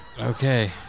Okay